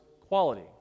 quality